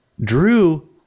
Drew